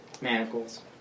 manacles